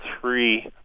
three